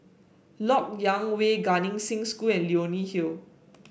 LoK Yang Way Gan Eng Seng School and Leonie Hill